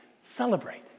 Celebrate